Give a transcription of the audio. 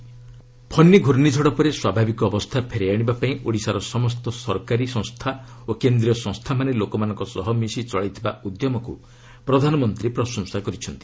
PM Odisha tweet Fani ମ୍ବର୍ଷ୍ଣିଝଡ଼ ପରେ ସ୍ୱାଭାବିକ ଅବସ୍ଥା ଫେରାଇ ଆଶିବାପାଇଁ ଓଡ଼ିଶାର ସମସ୍ତ ସରକାରୀ ସଂସ୍ଥା ଓ କେନ୍ଦ୍ରୀୟ ସଂସ୍ଥାମାନେ ଲୋକମାନଙ୍କ ସହ ମିଶି ଚଳାଇଥିବା ଉଦ୍ୟମକୁ ପ୍ରଧାନମନ୍ତ୍ରୀ ପ୍ରଶଂସା କରିଛନ୍ତି